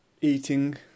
Eating